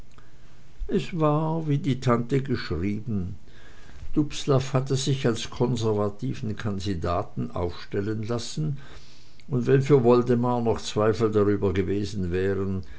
es war so wie die tante geschrieben dubslav hatte sich als konservativen kandidaten aufstellen lassen und wenn für woldemar noch zweifel darüber gewesen wären